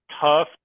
tough